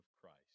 Christ